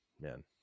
man